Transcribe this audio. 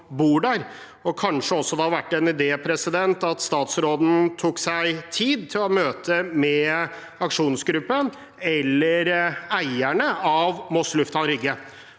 Kanskje det også hadde vært en idé om statsråden tok seg tid til å møte aksjonsgruppen eller eierne av Moss lufthavn, Rygge,